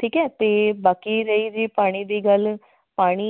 ਠੀਕ ਹੈ ਅਤੇ ਬਾਕੀ ਰਹੀ ਜੀ ਪਾਣੀ ਦੀ ਗੱਲ ਪਾਣੀ